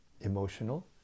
emotional